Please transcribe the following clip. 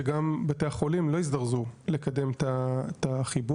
שגם בתי החולים לא הזדרזו לקדם את החיבור,